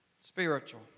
Spiritual